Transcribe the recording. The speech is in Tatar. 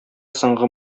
соңгы